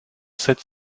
sept